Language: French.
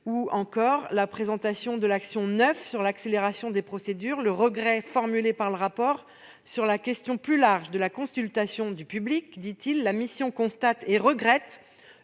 citer la présentation de l'action 9 sur l'accélération des procédures, et ce regret, formulé sur la question plus large de la consultation du public :« La mission constate et regrette